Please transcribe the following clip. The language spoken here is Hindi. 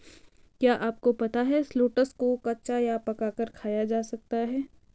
क्या आपको पता है शलोट्स को कच्चा या पकाकर खाया जा सकता है?